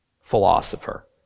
philosopher